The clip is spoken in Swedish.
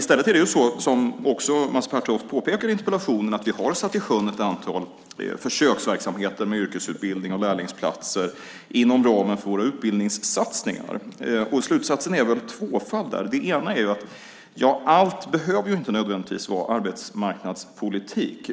Som Mats Pertoft också pekar på i interpellationen är det i stället så att vi har satt ett antal försöksverksamheter med yrkesutbildning och lärlingsplatser i sjön inom ramen för våra utbildningssatsningar. En slutsats som man kan dra av detta är att allt inte nödvändigtvis behöver vara arbetsmarknadspolitik.